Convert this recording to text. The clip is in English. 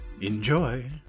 Enjoy